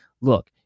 look